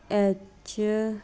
H